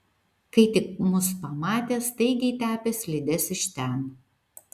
kai tik mus pamatė staigiai tepė slides iš ten